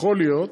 יכול להיות,